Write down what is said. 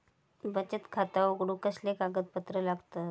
बचत खाता उघडूक कसले कागदपत्र लागतत?